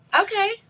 Okay